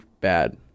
bad